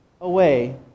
away